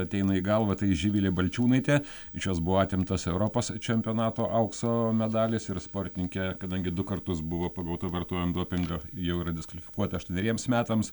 ateina į galvą tai živilė balčiūnaitė iš jos buvo atimtas europos čempionato aukso medalis ir sportininkė kadangi du kartus buvo pagauta vartojant dopingą jau yra diskvalifikuota aštuoneriems metams